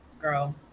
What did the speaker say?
girl